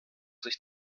sich